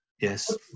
Yes